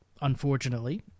unfortunately